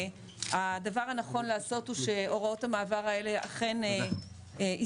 והדבר הנכון לעשות הוא שהוראות המעבר האלה אכן יסתיימו,